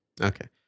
Okay